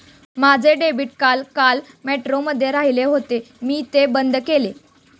माझे debit card काल मेट्रोमध्ये राहिले होते म्हणून मी ते बंद केले